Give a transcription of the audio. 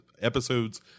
episodes